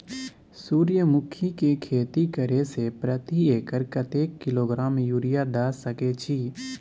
सूर्यमुखी के खेती करे से प्रति एकर कतेक किलोग्राम यूरिया द सके छी?